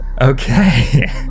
Okay